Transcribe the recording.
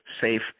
safe